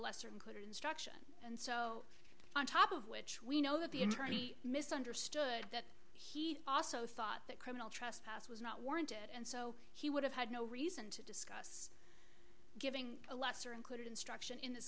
lesser included instruction and so on top of which we know that the attorney misunderstood that he also thought that criminal trespass was not warranted and so he would have had no reason to discuss giving a lesser included instruction in this